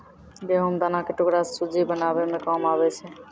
गहुँम दाना के टुकड़ा सुज्जी बनाबै मे काम आबै छै